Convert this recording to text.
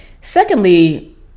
Secondly